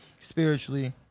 spiritually